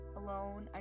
alone